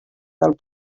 del